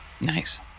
Nice